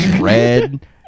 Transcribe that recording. red